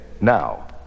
now